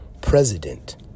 president